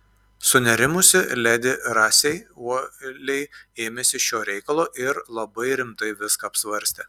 sunerimusi ledi rasei uoliai ėmėsi šio reikalo ir labai rimtai viską apsvarstė